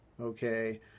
okay